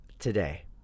today